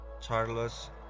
Charles